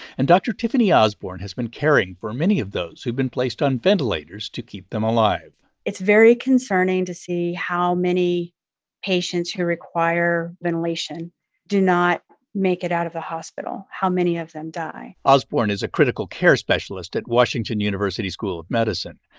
and dr. tiffany osborn has been caring for many of those who've been placed on ventilators to keep them alive it's very concerning to see how many patients who require ventilation do not make it out of the hospital, how many of them die osborn is a critical care specialist at washington university school of medicine.